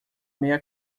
meia